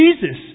Jesus